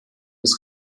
des